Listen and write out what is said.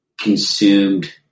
consumed